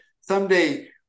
someday